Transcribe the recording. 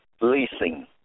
leasing